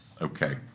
okay